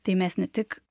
tai mes ne tik